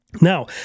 Now